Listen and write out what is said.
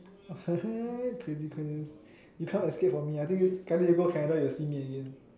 what crazy coincidence you can't escape from me I think when you go Canada you will see me again